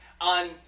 On